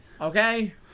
Okay